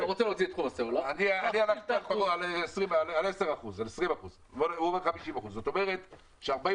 אני אמרתי 10% 20%. הוא אומר 50%. זאת אומרת ש-45